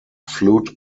flute